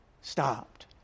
stopped